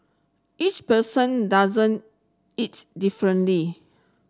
each person doesn't it differently